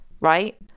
right